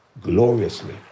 gloriously